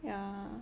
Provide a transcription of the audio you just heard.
yeah